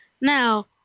Now